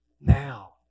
Now